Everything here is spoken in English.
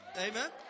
amen